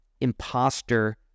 imposter